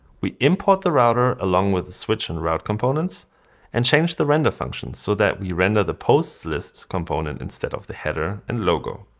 we import the router along with the switch and route components and change the render function so that we render the post lists component instead of the header and logo.